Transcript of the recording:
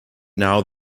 now